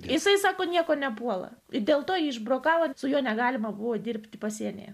jisai sako nieko nepuola dėl to jį išbrokavote su juo negalima buvo dirbti pasienyje